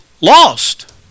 lost